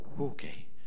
Okay